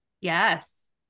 Yes